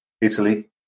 Italy